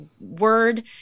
word